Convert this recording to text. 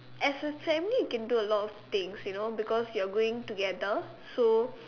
as a family you can do a lot of things you know because you are going together so